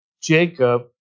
Jacob